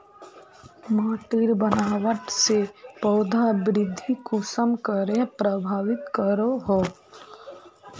माटिर बनावट से पौधा वृद्धि कुसम करे प्रभावित करो हो?